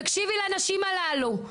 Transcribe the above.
תקשיבי לנשים הללו,